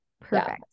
Perfect